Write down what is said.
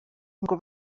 ngo